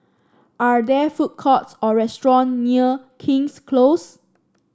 are there food courts or restaurant near King's Close